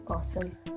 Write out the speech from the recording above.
awesome